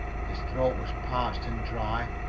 his throat was parched and dry,